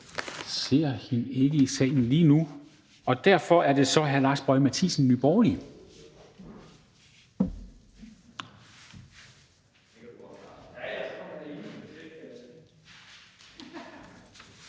men ser hende ikke i salen lige nu. Derfor er det så hr. Lars Boje Mathiesen, Nye Borgerlige.